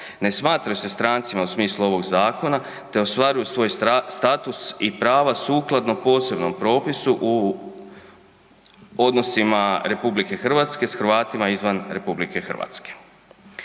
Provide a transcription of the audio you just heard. ne smatraju se strancima u smislu ovog zakona, te ostvaruju svoj status i prava sukladno posebnom propisu u odnosima RH s Hrvatima izvan RH.